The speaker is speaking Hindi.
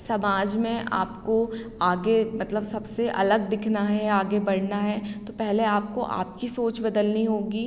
समाज में आपको आगे मतलब सबसे अलग दिखना है आगे बढ़ना है तो पहले आपको आपकी सोच बदलनी होगी